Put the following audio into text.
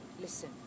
Listen